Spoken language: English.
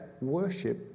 worship